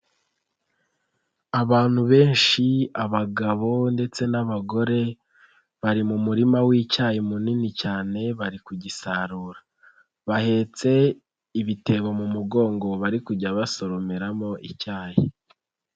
Abantu benshi abagabo ndetse n'abagore bari mu murima w'icyayi munini cyane bari kugisarura, bahetse ibitebo mu mugongo bari kujya basoromeramo icyayi.